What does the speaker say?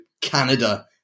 Canada